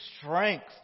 strength